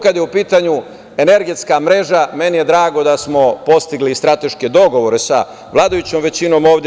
Kada je u pitanju energetska mreža, meni je drago da smo postigli strateške dogovore sa vladajućom većinom ovde.